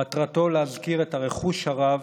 מטרתו של היום הזה להזכיר את הרכוש הרב